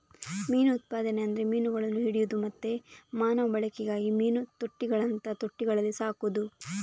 ಮೀನು ಉತ್ಪಾದನೆ ಅಂದ್ರೆ ಮೀನುಗಳನ್ನ ಹಿಡಿಯುದು ಮತ್ತೆ ಮಾನವ ಬಳಕೆಗಾಗಿ ಮೀನು ತೊಟ್ಟಿಗಳಂತಹ ತೊಟ್ಟಿಗಳಲ್ಲಿ ಸಾಕುದು